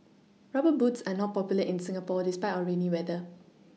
rubber boots are not popular in Singapore despite our rainy weather